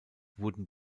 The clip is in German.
wurden